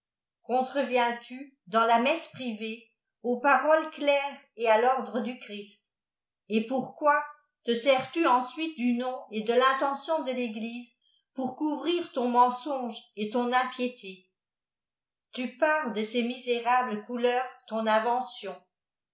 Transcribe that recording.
contre viens-tu dans la messe privée aux paroles claires et à tordre du christ et pourquoi te sers tu ensuite du nom et de rintention de rëglisa pont couvrir ton mensonge et ton impiété tu pares de ces misérables couleurs ton mvention